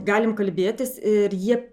galim kalbėtis ir jie